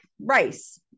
rice